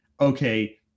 okay